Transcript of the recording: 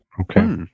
Okay